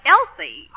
Elsie